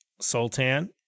Sultan